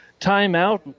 timeout